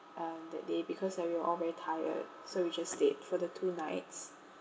um that day because like we were all very tired so we just stayed for the two nights